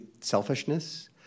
selfishness